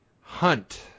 Hunt